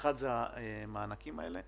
ואחד מהם זה המענקים האלה.